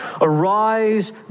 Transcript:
Arise